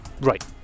Right